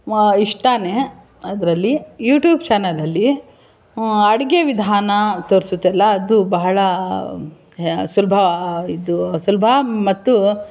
ಇಷ್ಟಾನೇ ಅದರಲ್ಲಿ ಯೂಟ್ಯೂಬ್ ಚಾನಲಲ್ಲಿ ಅಡುಗೆ ವಿಧಾನ ತೋರಿಸುತ್ತಲ್ಲ ಅದು ಬಹಳ ಸುಲಭ ಇದು ಸುಲಭ ಮತ್ತು